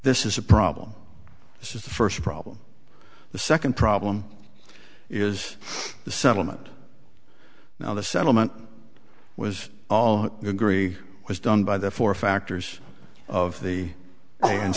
this is a problem this is the first problem the second problem is the settlement now the settlement was all agree was done by the four factors of the